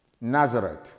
Nazareth